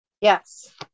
Yes